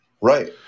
Right